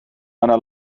einer